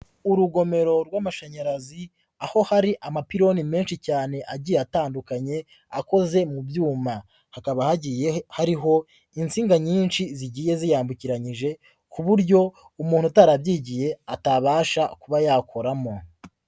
Urugomero rw'amashanyarazi aho hari amapiloni menshi cyane agiye atandukanye akoze mu byuma, hakaba hagiye hariho insinga nyinshi zigiye ziyambukiranyije ku buryo umuntu utarabyigiye atabasha kuba yakoramo.